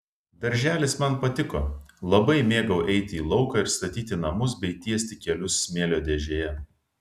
darželis man patiko labai mėgau eiti į lauką ir statyti namus bei tiesti kelius smėlio dėžėje